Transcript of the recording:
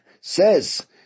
says